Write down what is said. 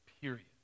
period